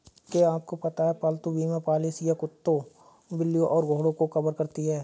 क्या आपको पता है पालतू बीमा पॉलिसियां कुत्तों, बिल्लियों और घोड़ों को कवर करती हैं?